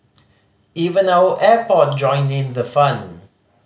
even our airport joined in the fun